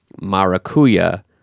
maracuya